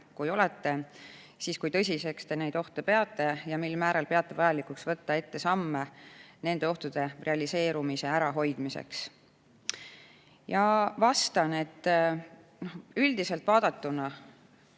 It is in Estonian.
Kui olete, siis kui tõsiseks Te neid ohte peate ja mil määral peate vajalikuks võtta ette samme nende ohtude realiseerumise ärahoidmiseks?" Vastan, et üldiselt vaadatuna